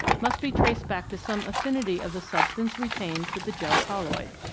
must be traced back to some affinity of the substance retained with the gel colloid.